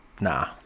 nah